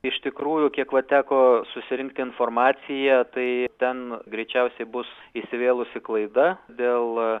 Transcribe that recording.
iš tikrųjų kiek va teko susirinkti informaciją tai ten greičiausiai bus įsivėlusi klaida dėl